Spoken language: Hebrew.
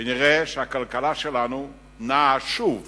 ונראה שהכלכלה שלנו נעה שוב